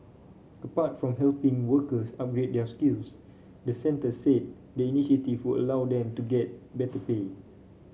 apart from helping workers upgrade their skills the centre said the initiative would allow them to get better pay